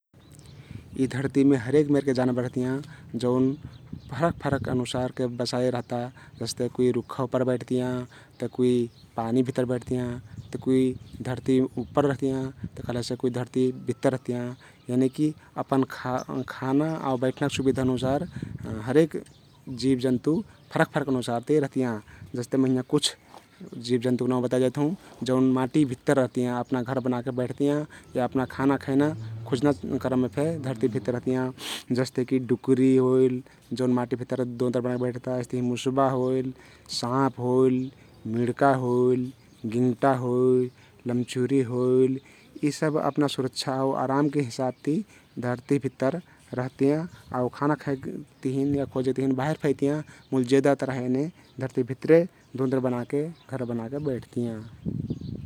यि धरतिमे हरेक मेरके जानबर रहतियाँ जउन फरक फरक अनुसारके बसाई रहता । जस्तेकी कुइ रुख्खा उप्पर बैठतियाँ ते कुइ पानी भित्तर बैठतियाँ ते कुइ त कुइ धरती उप्पर रहतियाँ त कहलेसे कुइ धरती भित्तर रहतियाँ । यनिकी अपन खाना आउ बैठना सुबिधा अनुसार हरेक जिव जन्तु फरक फरक अनुसारति रहतियाँ । जस्ते मइ हिंया कुछ जिव जन्तुक नाउँ बताइ जाइत हउँ । जउन माटि भित्तर रहतियाँ अपना घर बनाके बैठतियाँ या अपना खाना खैना, खुज्ना क्रममे फे धरती भित्तर रहतियाँ । जस्तेकी डुकरी होइल जउन माटी भित्तर दोंदर बनाके बैठता । अइस्नहिं मुस्बा होइल, साँप होइल, मिड्का होइल, गिंगटा होइल, लम्चिहुरी होइल यि सब अपना सुरक्षा आउ अरामके हिसाबति धरती भित्तर रहतियाँ आउ खाना खाइक तहिन या खोजेक तहिन बाहिर फेक अइतियाँ मुल जेदा तरह एने धरती भित्तरे दोंदर बनाके घर बनाके बैठतियाँ ।